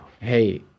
Hey